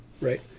right